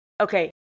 Okay